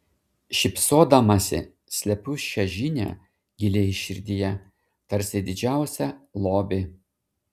šypsodamasi slepiu šią žinią giliai širdyje tarsi didžiausią lobį